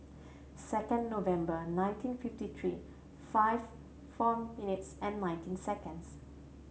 second November nineteen fifty three five four minutes and nineteen seconds